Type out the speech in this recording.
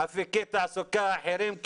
אפיקי תעסוקה אחרים.